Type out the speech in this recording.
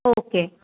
okay